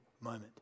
moment